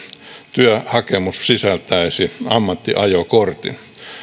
työhakemus sitten sisältäisi ammattiajokortin niin